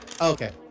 Okay